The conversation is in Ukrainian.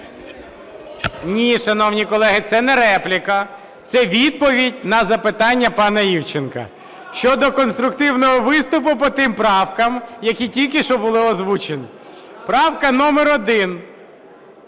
Ні, шановні колеги, це не репліка, це відповідь на запитання пана Івченка щодо конструктивного виступу по тим правкам, які тільки що були озвучені. Правка номер 1.